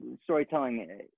storytelling